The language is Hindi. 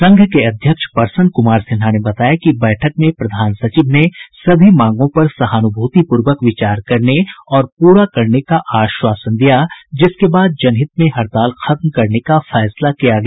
संघ के अध्यक्ष परसन कुमार सिन्हा ने बताया कि बैठक में प्रधान सचिव ने सभी मांगों पर सहानुभूतिपूर्वक विचार करने और पूरा करने का आश्वासन दिया जिसके बाद जनहित में हड़ताल खत्म करने का फैसला किया गया